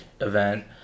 event